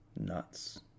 Nuts